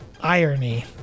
irony